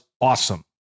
awesome